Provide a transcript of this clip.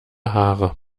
haare